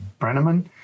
Brenneman